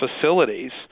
facilities